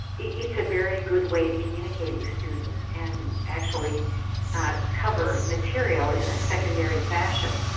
it's a very good way to communicate with students and actually cover material in a secondary fashion.